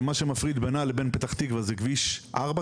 שמה שמפריד בינה לפתח תקווה זה כביש 4,